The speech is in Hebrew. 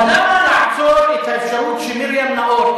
אבל למה לעצור את האפשרות של מרים נאור?